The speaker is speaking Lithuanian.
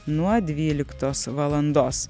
nuo dvyliktos valandos